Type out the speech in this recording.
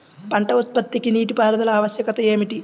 పంట ఉత్పత్తికి నీటిపారుదల ఆవశ్యకత ఏమిటీ?